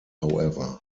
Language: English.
however